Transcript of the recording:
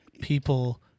people